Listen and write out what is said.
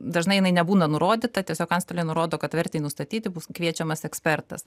dažnai jinai nebūna nurodyta tiesiog antstoliai nurodo kad vertei nustatyti bus kviečiamas ekspertas